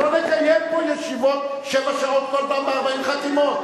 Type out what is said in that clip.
אנחנו לא נקיים פה ישיבות שבע שעות כל פעם ב-40 חתימות.